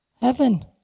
heaven